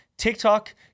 TikTok